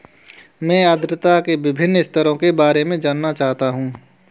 मैं आर्द्रता के विभिन्न स्तरों के बारे में जानना चाहता हूं